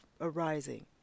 arising